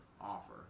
offer